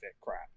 crap